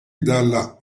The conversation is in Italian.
dalla